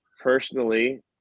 personally